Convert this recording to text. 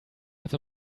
have